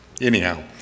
Anyhow